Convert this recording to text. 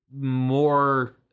more